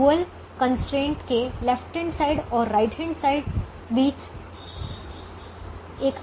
तो dual constraint के LHS और RHS बीच एक अंतर है